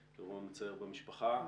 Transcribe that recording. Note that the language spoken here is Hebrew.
אירוע מצער במשפחה.